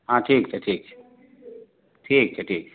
हँ ठीक छै ठीक छै ठीक छै ठीक छै